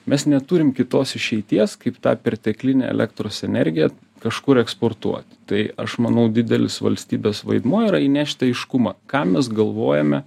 mes neturim kitos išeities kaip tą perteklinę elektros energiją kažkur eksportuot tai aš manau didelis valstybės vaidmuo yra įnešti aiškumą ką mes galvojame